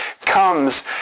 comes